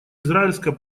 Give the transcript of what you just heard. израильско